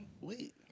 wait